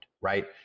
right